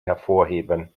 hervorzuheben